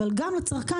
אבל גם לצרכן,